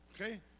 Okay